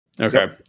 okay